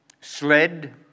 sled